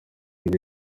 hari